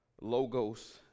logos